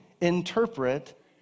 interpret